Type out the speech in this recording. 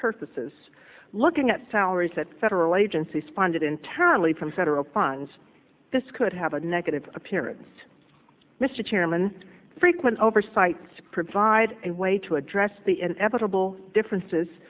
purposes looking at salaries that federal agencies funded entirely from federal funds this could have a negative appearance mr chairman frequent oversight to provide a way to address the inevitable differences